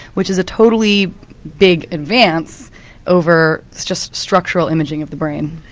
which is a totally big advance over just structural imaging of the brain.